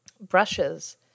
brushes